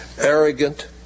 arrogant